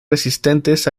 resistentes